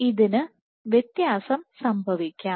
ഇതിന് വ്യത്യാസം സംഭവിക്കാം